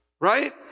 Right